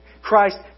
christ